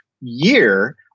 year